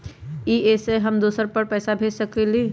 इ सेऐ हम दुसर पर पैसा भेज सकील?